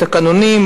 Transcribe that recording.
תקנונים,